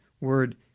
word